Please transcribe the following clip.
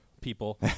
people